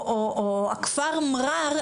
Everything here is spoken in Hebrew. או הכפר מרר,